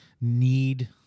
need